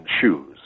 shoes